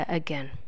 again